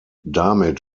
damit